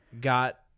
got